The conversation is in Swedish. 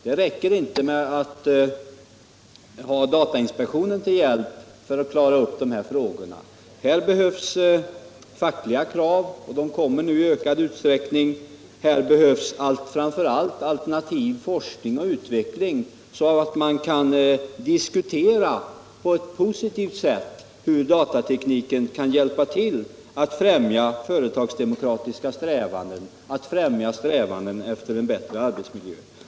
Det räcker inte med att ha datainspektionen till hjälp för att klara upp dessa frågor. Här behövs fackliga krav, och sådana kommer nu i ökad utsträckning. Här behövs framför allt alternativ forskning och utveckling, så att man på ett positivt sätt kan diskutera hur datatekniken skall hjälpa till att främja företagsdemokratiska strävanden, att främja strävanden efter en förbättrad arbetsmiljö.